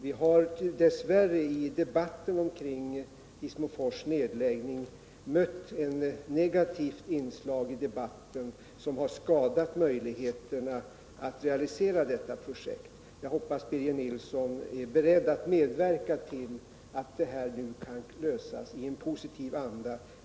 Vi har dess värre i debatten kring nedläggningen av Hissmofors mött ett negativt inslag som skadat möjligheterna att realisera projektet. Jag hoppas att Birger Nilsson är beredd att medverka till att det hela nu kan lösas i en positiv anda.